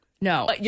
no